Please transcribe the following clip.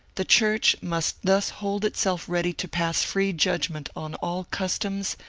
the church must thus hold itself ready to pass free judgment on all customs,